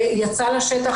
זה יצא לשטח,